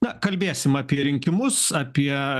na kalbėsim apie rinkimus apie